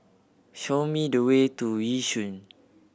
show me the way to Yishun